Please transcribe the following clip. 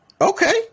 okay